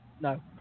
No